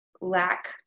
lack